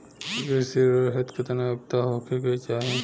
कृषि ऋण हेतू केतना योग्यता होखे के चाहीं?